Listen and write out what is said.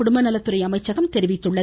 குடும்பநலத்துறை அமைச்சகம் தெரிவித்துள்ளது